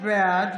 בעד